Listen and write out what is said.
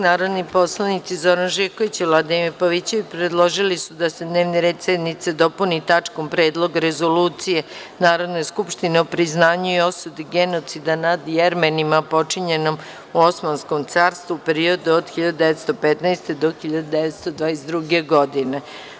Narodni poslanici Zoran Živković i Vladimir Pavićević, predložili su da se dnevni red sednice dopuni tačkom – Predlog rezolucije Narodne skupštine o priznanju i osudi genocida nad Jermenima počinjenom u Osmanskom carstvu u periodu od 1915. do 1922. godine.